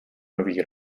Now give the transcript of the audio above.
nový